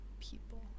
people